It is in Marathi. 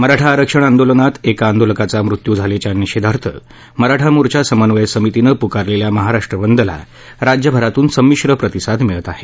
मराठा आरक्षण आंदोलनात एका आंदोलकाचा मृत्यू झाल्याच्या निषेधार्थ मराठा मोर्चा समन्वय समितीनं पुकारलेल्या महाराष्ट्र बंदला राज्यभरातून संमिश्र प्रतिसाद मिळत आहे